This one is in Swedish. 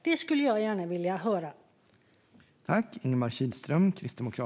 Detta skulle jag gärna vilja ha svar på.